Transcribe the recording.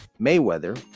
Mayweather